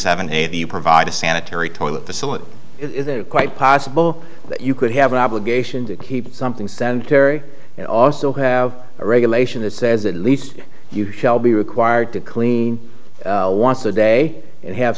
seven eight you provide a sanitary toilet facilities it is quite possible that you could have an obligation to keep something stand kerry and also have a regulation that says at least you shall be required to clean the day and have